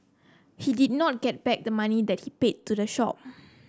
he did not get back the money that he paid to the shop